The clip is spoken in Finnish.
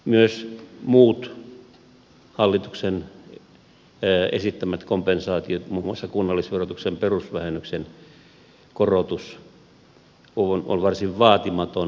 myös muut hallituksen esittämät kompensaatiot muun muassa kunnallisverotuksen perusvähennyksen korotus on varsin vaatimaton kompensaatio